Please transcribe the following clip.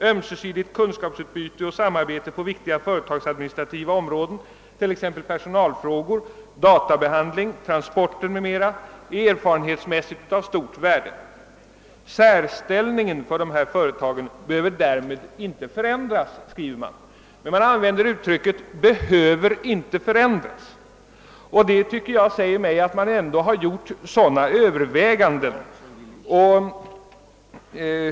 Ömsesidigt kunskapsutbyte och samarbete på viktiga företagsadministrativa områden t.ex. personalfrågor, databehandling, transporter m.m. är erfarenhetsmässigt av stort värde. Särställningen för ——— Systembolaget ——— och Vin & Spritcentralen behöver därmed inte förändras.» Man använder alltså uttrycket «behöver därmed inte förändras>, och det tycker jag tyder på att man ändå har gjort sådana överväganden.